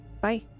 Bye